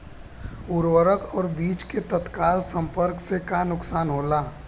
उर्वरक और बीज के तत्काल संपर्क से का नुकसान होला?